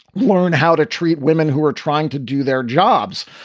learn how to treat women who are trying to do their jobs,